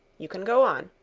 you can go on.